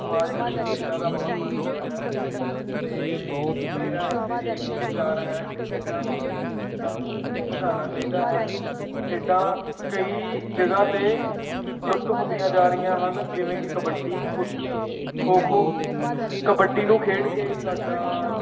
ਸਮਾਜ ਦੇ ਵਿੱਚ ਖੇਡਾਂ ਦਾ ਬਹੁਤ ਮਹੱਤਵ ਹੈ ਅਤੇ ਮੇਰਾ ਇਹ 'ਤੇ ਇਹੀ ਵਿਚਾਰ ਹੈ ਕਿ ਖੇਡਾਂ ਨੂੰ ਸਾਨੂੰ ਵਧਾਉਣਾ ਚਾਹੀਦਾ ਹੈ ਖੇਡਾਂ ਕਈ ਜਗ੍ਹਾ 'ਤੇ ਲੁਪਤ ਹੁੰਦੀਆਂ ਜਾ ਰਹੀਆਂ ਹਨ ਜਿਵੇਂ ਕਿ ਕਬੱਡੀ ਕੁਸ਼ਤੀ ਖੋ ਖੋ ਕਬੱਡੀ ਨੂੰ ਖੇਡ ਕੇ ਸਾਡਾ